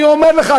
אני אומר לך,